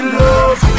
love